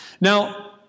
Now